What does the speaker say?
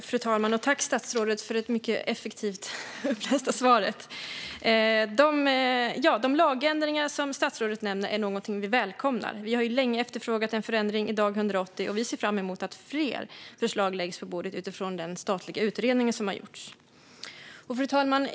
Fru talman! Tack, statsrådet, för det mycket effektivt upplästa svaret! De lagändringar som statsrådet nämner är någonting vi välkomnar. Vi har länge efterfrågat en förändring i dag 180, och vi ser fram emot att fler förslag läggs på bordet utifrån den statliga utredning som har gjorts. Fru talman!